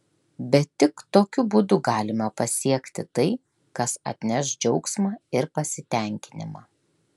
bet tik tokiu būdu galima pasiekti tai kas atneš džiaugsmą ir pasitenkinimą